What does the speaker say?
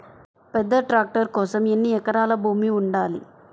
పెద్ద ట్రాక్టర్ కోసం ఎన్ని ఎకరాల భూమి ఉండాలి?